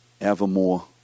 Evermore